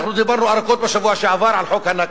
אנחנו דיברנו ארוכות, בשבוע שעבר, על חוק ה"נכבה".